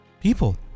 people